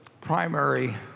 primary